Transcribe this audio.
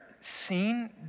seen